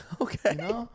Okay